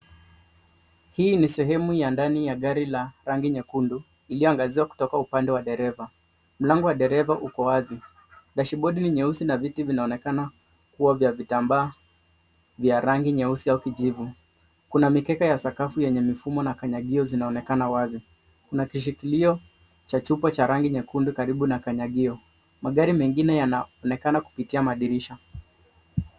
Hii ni sehemu ya ndani ya gari la rangi nyekundu iliyoangaziwa kutoka upande wa dereva. Mlango wa dereva uko wazi. Dashibodi ni nyeusi na viti vinaonekana kuwa vya vitambaa vya rangi nyeusi au kijivu. Kuna mikeka ya sakafu yenye mfumo na kanyagio zinaonekana wazi. Kuna kishikilio cha chupa cha rangi nyekundu karibu na kanyagio. Magari mengine yanaonekana kupitia madirisha.